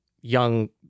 young